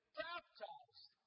baptized